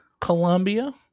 Colombia